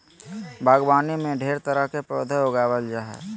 बागवानी में ढेर तरह के पौधा उगावल जा जा हइ